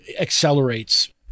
accelerates